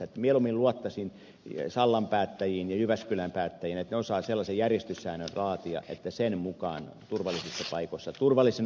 mieluummin luottaisin sallan päättäjiin ja jyväskylän päättäjiin että he osaavat sellaiset järjestyssäännöt laatia että sen mukaan mennään turvallisissa paikoissa turvallisina aikoina